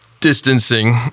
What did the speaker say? distancing